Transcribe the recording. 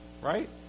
right